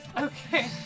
Okay